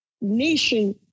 nation